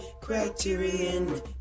Criterion